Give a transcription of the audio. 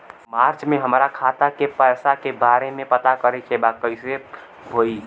मार्च में हमरा खाता के पैसा के बारे में पता करे के बा कइसे होई?